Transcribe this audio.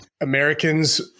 Americans